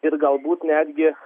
ir galbūt netgi